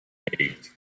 eight